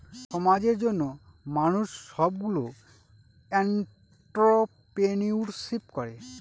সমাজের জন্য মানুষ সবগুলো এন্ট্রপ্রেনিউরশিপ করে